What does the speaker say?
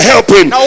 Helping